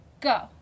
Go